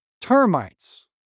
termites